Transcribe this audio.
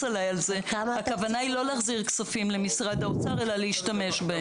עליי על זה הכוונה היא לא להחזיר כספים למשרד האוצר אלא להשתמש בהם.